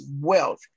wealth